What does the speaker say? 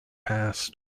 past